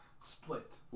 Split